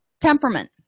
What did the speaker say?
temperament